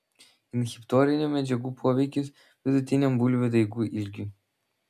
inhibitorinių medžiagų poveikis vidutiniam bulvių daigų ilgiui